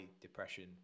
depression